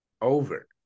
over